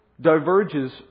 diverges